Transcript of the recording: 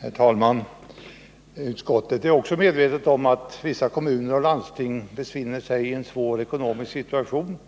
Herr talman! Utskottet är medvetet om att vissa kommuner och landsting befinner sig i en svår ekonomisk situation,